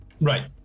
right